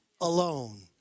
alone